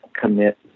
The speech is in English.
commit